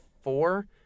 four